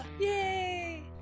yay